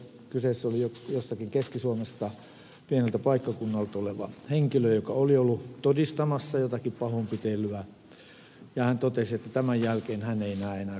kyseessä oli jostakin keski suomesta pieneltä paikkakunnalta oleva henkilö joka oli ollut todistamassa jotakin pahoinpitelyä ja hän totesi että tämän jälkeen hän ei näe enää koskaan mitään